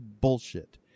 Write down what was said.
bullshit